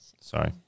Sorry